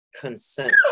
consent